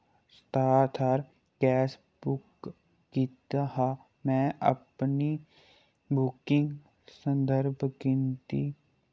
सतारथार gas book कीता हा में अपनी बुकिंग संदर्भ गिनती